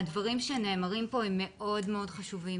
הדברים שנאמרים כאן הם מאוד מאוד חשובים,